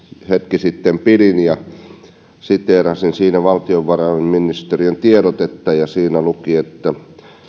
hetki sitten pidin siteerasin siinä valtiovarainministeriön tiedotetta ja siinä luki että